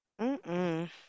Mm-mm